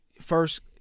first